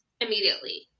immediately